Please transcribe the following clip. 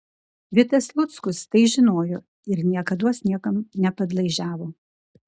vitas luckus tai žinojo ir niekados niekam nepadlaižiavo